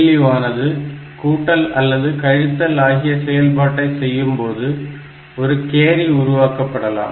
ALU ஆனது கூட்டல் அல்லது கழித்தல் ஆகிய செயல்பாட்டை செய்யும்போது ஒரு கேரி உருவாக்கப்படலாம்